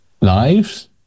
lives